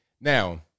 Now